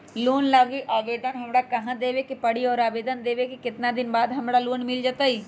Loan लागी आवेदन हमरा कहां देवे के पड़ी और आवेदन देवे के केतना दिन बाद हमरा लोन मिल जतई?